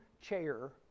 chair